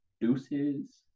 Deuces